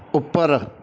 ਉੱਪਰ